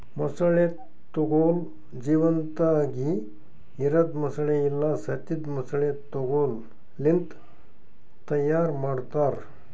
ಮೊಸಳೆ ತೊಗೋಲ್ ಜೀವಂತಾಗಿ ಇರದ್ ಮೊಸಳೆ ಇಲ್ಲಾ ಸತ್ತಿದ್ ಮೊಸಳೆ ತೊಗೋಲ್ ಲಿಂತ್ ತೈಯಾರ್ ಮಾಡ್ತಾರ